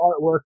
artwork